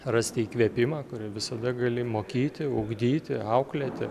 rasti įkvėpimą kur visada gali mokyti ugdyti auklėti